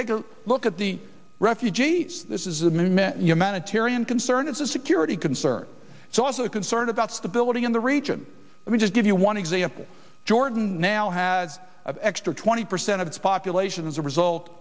take a look at the refugees this is a movement humanitarian concern is a security concern so also concerned about stability in the region let me just give you one example jordan now has of extra twenty percent of its population as a result